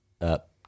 up